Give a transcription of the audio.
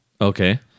Okay